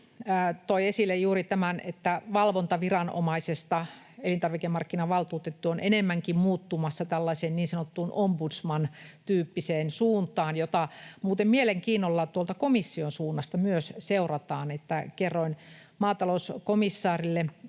toi esille juuri tämän, että elintarvikemarkkinavaltuutettu on muuttumassa valvontaviranomaisesta enemmänkin tällaiseen niin sanottuun ombudsman-tyyppiseen suuntaan, mitä muuten mielenkiinnolla tuolta komission suunnasta myös seurataan. Kerroin maatalouskomissaarille,